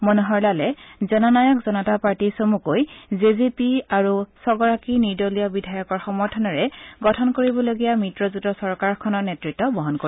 মনোহৰলালে Jannayak Janata party চমুকৈ J J P আৰু ছগৰাকী নিৰ্দলীয় বিধায়কৰ সমৰ্থনেৰে গঠন কৰিবলগীয়া মিত্ৰজোঁটৰ চৰকাৰখনৰ নেতৃত্ব বহন কৰিব